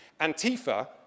Antifa